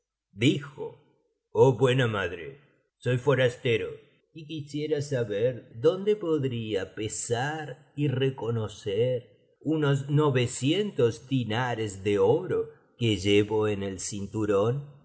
dijo oh buena madre soy forastero y quisiera saber dónde podría pesar y reconocer unos novecientos diñares de oro que llevo en el cin turón y